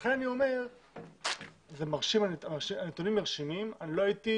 לכן אני אומר שהנתונים מרשימים אבל לא הייתי